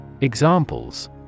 Examples